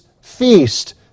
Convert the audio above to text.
feast